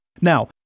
Now